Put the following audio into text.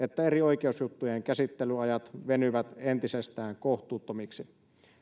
että eri oikeusjuttujen käsittelyajat venyvät entisestään kohtuuttomiksi